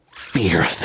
Fear